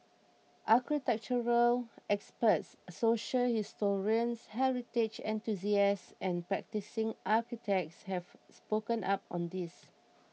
architectural experts social historians heritage enthusiasts and practising architects have spoken up on this